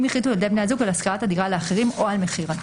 אם החליטו ילדי בני הזוג על השכרת הדירה לאחרים או על מכירתה.